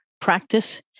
practice